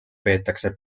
peetakse